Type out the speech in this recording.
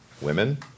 women